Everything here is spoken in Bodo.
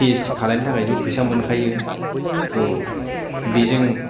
पि ओइस दि खालायनो थाखायथ' फैसा मोनखायो स' बेजों